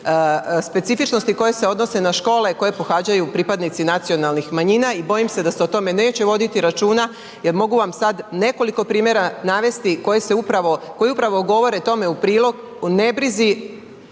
specifičnosti koje se odnose na škole koje pohađaju pripadnici nacionalnih manjina i bojim se da se o tome neće voditi računa jer mogu vam sad nekoliko primjera navesti koje se upravo, koje upravo govore tome u prilog o nebrizi